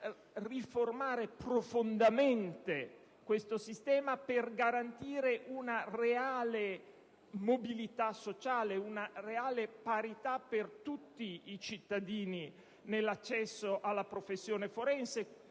riformare profondamente questo assetto, per garantire una effettiva mobilità sociale e una vera parità per tutti i cittadini nell'accesso alla professione forense.